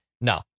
No